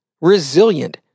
Resilient